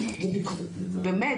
באמת,